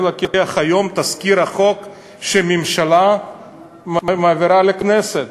אני לוקח היום את תזכיר החוק שהממשלה מעבירה לכנסת.